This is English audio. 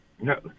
no